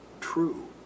true